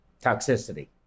Toxicity